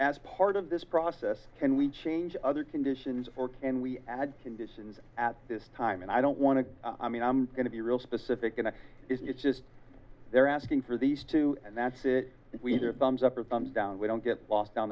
as part of this process can we change other conditions or can we add conditions at this time and i don't want to i mean i'm going to be real specific and it's just they're asking for these two and that's it if we need a thumbs up or thumbs down we don't get lost down